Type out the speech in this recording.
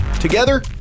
Together